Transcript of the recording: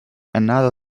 another